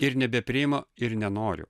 ir nebepriima ir nenoriu